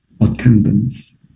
attendance